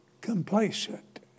complacent